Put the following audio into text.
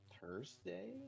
Thursday